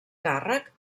càrrec